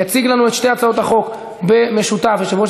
יציג לנו את שתי הצעות החוק במשותף יושב-ראש